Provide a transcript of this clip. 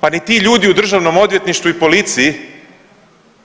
Pa ni ti ljudi u državnom odvjetništvu i policiji